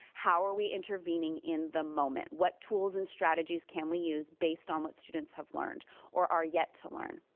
how are we intervening in the moment? what tools and strategies can we use based on what students have learned or are yet to learn.